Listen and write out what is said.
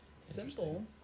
simple